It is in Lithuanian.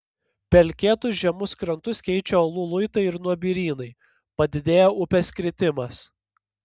pelkėtus žemus krantus keičia uolų luitai ir nuobirynai padidėja upės kritimas